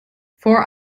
four